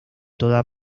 toda